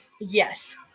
Yes